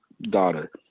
daughter